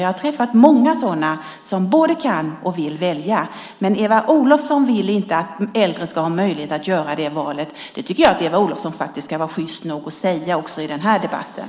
Jag har träffat många som både kan och vill välja, men Eva Olofsson vill inte att äldre ska ha möjlighet att göra det valet. Det tycker jag faktiskt att Eva Olofsson ska vara sjyst nog att säga också i den här debatten.